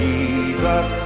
Jesus